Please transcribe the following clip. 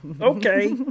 okay